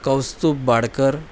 Kaustubh Badkar